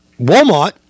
Walmart